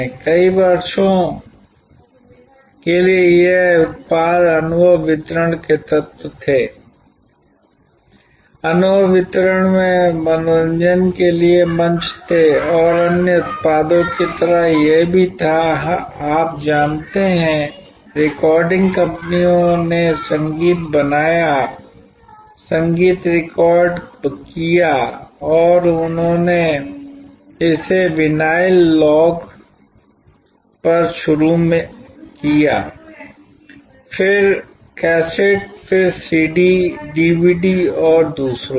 कई वर्षों के लिए ये उत्पाद अनुभव वितरण के तत्व थे अनुभव वितरण में मनोरंजन के लिए मंच थे और अन्य उत्पादों की तरह यह भी था आप जानते हैं कि रिकॉर्डिंग कंपनियों ने संगीत बनाया संगीत रिकॉर्ड किया और फिर उन्होंने इसे विनाइल लॉन्ग पर शुरू में दिया फिर कैसेट फिर सीडी डीवीडी और दूसरों पर